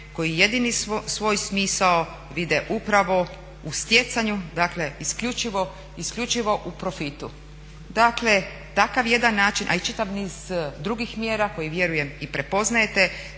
koji jedini svoj smisao vide upravo u stjecanju isključivo u profitu. Dakle takav jedan način, a i čitav niz drugih mjere koje vjerujem i prepoznajete